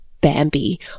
bambi